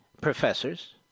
professor's